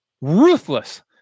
Ruthless